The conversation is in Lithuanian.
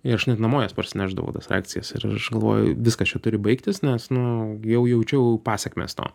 ir aš net namo jas parsinešdavau tas reakcijas ir aš galvoju viskas čia turi baigtis nes nu jau jaučiau pasekmes to